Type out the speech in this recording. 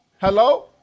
Hello